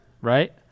Right